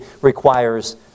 requires